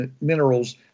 minerals